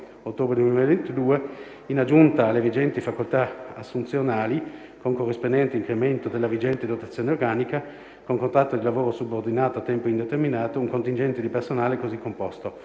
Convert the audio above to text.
ottobre 2022, in aggiunta alle vigenti facoltà assunzionali, con corrispondente incremento della vigente dotazione organica, con contratto di lavoro subordinato a tempo indeterminato, un contingente di personale così composto: